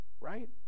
Right